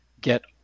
get